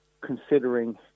considering